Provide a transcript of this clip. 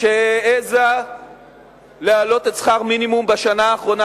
שהעזה להעלות את שכר המינימום בשנה האחרונה,